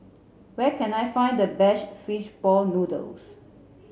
where can I find the best fish ball noodles